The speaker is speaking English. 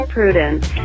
Prudence